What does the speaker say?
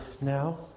now